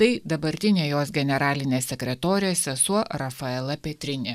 tai dabartinė jos generalinė sekretorė sesuo rafaela petrini